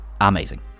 amazing